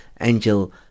Angel